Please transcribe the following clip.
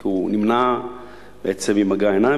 כי הוא נמנע בעצם ממגע עיניים,